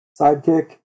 sidekick